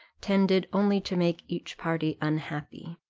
tended only to make each party unhappy.